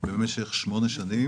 מעלה במשקל.